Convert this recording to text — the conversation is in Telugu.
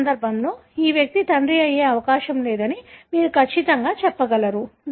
ఈ సందర్భంలో ఈ వ్యక్తి తండ్రి అయ్యే అవకాశం లేదని మీరు ఖచ్చితంగా చెప్పగలరు